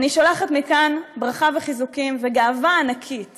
אני שולחת מכאן ברכה וחיזוקים וגאווה ענקית